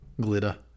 glitter